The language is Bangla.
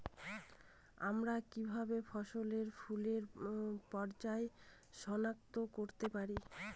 আমরা কিভাবে ফসলে ফুলের পর্যায় সনাক্ত করতে পারি?